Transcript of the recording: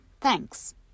thanks